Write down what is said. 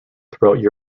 throughout